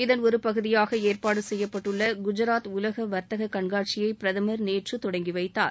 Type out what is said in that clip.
இதன் ஒரு பகுதியாக ஏற்பாடு செய்யப்பட்டுள்ள குஜாத் உலக வர்த்தக கண்காட்சியை பிரதமர் நேற்று தொடங்கிவைத்தார்